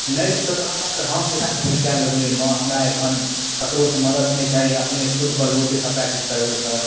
नहि सर हम पैसा कौड़ी किएक लेबै अइमे हमरा एखन ककरोसँ मदति नहि चाही अपने खुद बलबूते सबटा किछु करबै सर